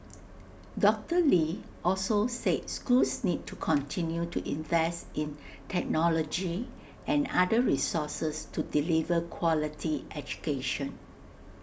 doctor lee also said schools need to continue to invest in technology and other resources to deliver quality education